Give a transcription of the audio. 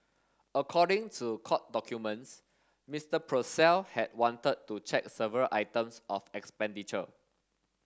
according to court documents Mister Purcell had wanted to check several items of expenditure